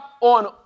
on